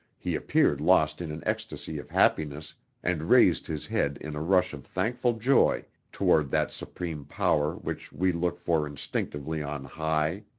he appeared lost in an ecstasy of happiness and raised his head in a rush of thankful joy toward that supreme power which we look for instinctively on high